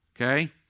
okay